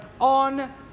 on